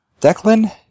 Declan